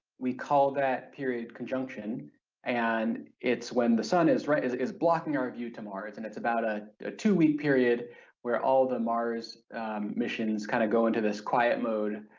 we call that period conjunction and it's when the sun is right is is blocking our view to mars and it's about a ah two week period where all the mars missions kind of go into this quiet mode